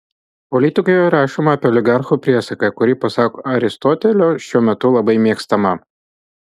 politikoje rašoma apie oligarchų priesaiką kuri pasak aristotelio šiuo metu labai mėgstama